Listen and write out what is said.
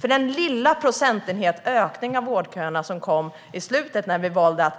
Det blev en liten procentenhets ökning av vårdköerna i slutet när vi valde att